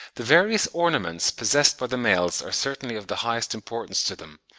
the various ornaments possessed by the males are certainly of the highest importance to them,